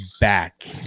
back